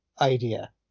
idea